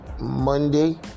monday